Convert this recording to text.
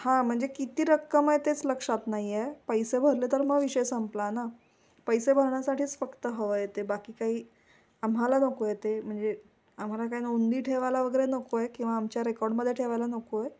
हां म्हणजे किती रक्कम आहे तेच लक्षात नाही आहे पैसे भरले तर मग विषय संपला ना पैसे भरण्यासाठीच फक्त हवं आहे ते बाकी काही आम्हाला नको आहे ते म्हणजे आम्हाला काय नोंदी ठेवायला वगैरे नको आहे किंवा आमच्या रेकॉर्डमध्ये ठेवायला नको आहे